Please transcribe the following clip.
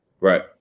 Right